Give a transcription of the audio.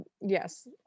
yes